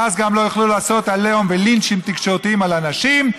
ואז גם לא יוכלו לעשות עליהום ולינצ'ים תקשורתיים על אנשים,